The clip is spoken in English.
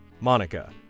Monica